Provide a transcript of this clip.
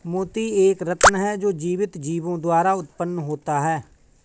मोती एक रत्न है जो जीवित जीवों द्वारा उत्पन्न होता है